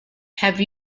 have